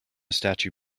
statue